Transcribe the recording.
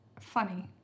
funny